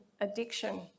addiction